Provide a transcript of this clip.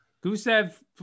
Gusev